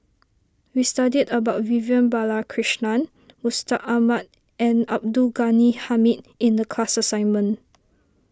we studied about Vivian Balakrishnan Mustaq Ahmad and Abdul Ghani Hamid in the class assignment